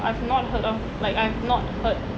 I've not heard of like I've not heard